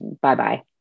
bye-bye